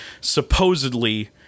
supposedly